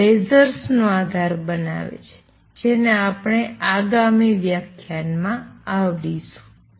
આ લેઝર્સનો આધાર બનાવે છે જેને આપણે આગામી વ્યાખ્યાનમાં આવરીશું